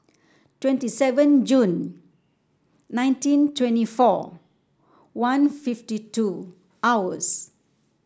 twenty seven Jun nineteen twenty four one fifty two hours